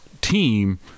team